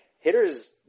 hitters